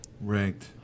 Ranked